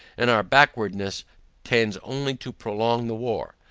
and our backwardness tends only to prolong the war.